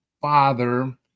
father